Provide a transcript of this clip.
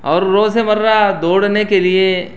اور روزمرہ دوڑنے کے لیے